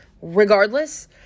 regardless